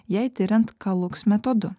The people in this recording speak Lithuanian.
jei tiriant calux metodu